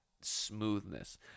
smoothness